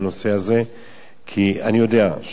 כי אני יודע שהיו דיונים רבים,